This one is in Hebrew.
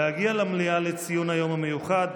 להגיע למליאה לציון היום המיוחד.